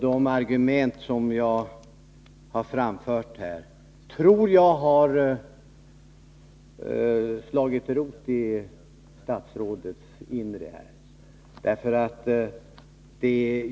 De argument som jag här har framfört tror jag har slagit rot i statsrådets inre.